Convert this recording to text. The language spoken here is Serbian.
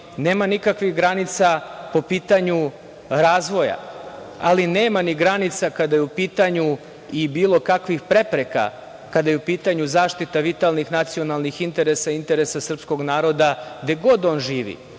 Nema nikakvih granica po pitanju razvoja, ali nema ni granica kada je u pitanju, i bilo kakvih prepreka, zaštita vitalnih nacionalnih interesa i interesa srpskog naroda gde god on živi.